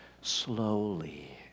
slowly